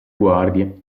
guardie